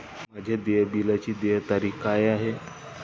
माझ्या देय बिलाची देय तारीख काय आहे?